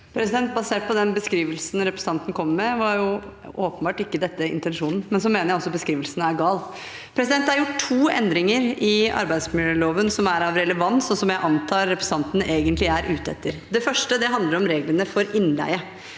Basert på den be- skrivelsen representanten kommer med, var dette åpenbart ikke intensjonen, men så mener jeg også at beskrivelsen er gal. Det er gjort to endringer i arbeidsmiljøloven som er av relevans, og som jeg antar representanten egentlig er ute etter. Den første handler om reglene for innleie.